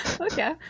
Okay